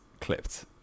clipped